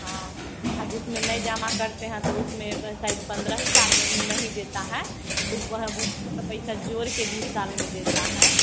हाँ आ जिसमें नहीं जमा करते हैं तो उसमें वन साइड पंद्रह ही साल में नहीं देता है तो वह वो पूरा पैसा जोड़ कर बीस साल में देता हैं